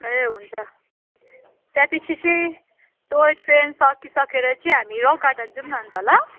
ए हुन्छ त्यहाँ पछि चाहिँ टोय ट्रेन सकिसकेर चाहिँ हामी रक गार्डन जाउँ न अन्त ल